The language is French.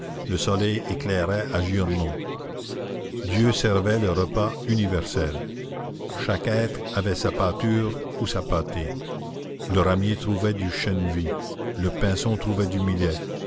le soleil éclairait à giorno dieu servait le repas universel chaque être avait sa pâture ou sa pâtée le ramier trouvait du chènevis le pinson trouvait du millet